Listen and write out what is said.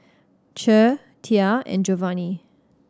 Che Tia and Giovanny